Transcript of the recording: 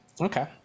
Okay